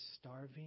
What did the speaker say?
starving